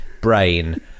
brain